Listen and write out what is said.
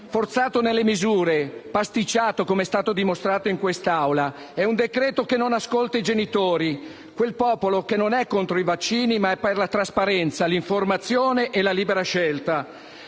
forzato nelle misure, pasticciato, come è stato dimostrato in quest'Aula. È un decreto che non ascolta i genitori, quel popolo che non è contro i vaccini, ma è per la trasparenza, l'informazione e la libera scelta.